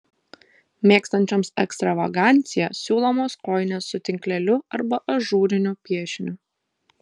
mėgstančioms ekstravaganciją siūlomos kojinės su tinkleliu arba ažūriniu piešiniu